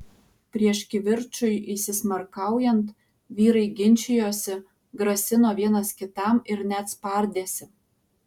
prieš kivirčui įsismarkaujant vyrai ginčijosi grasino vienas kitam ir net spardėsi